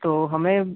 तो हमें